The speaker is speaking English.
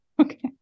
Okay